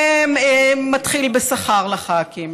זה מתחיל בשכר לח"כים,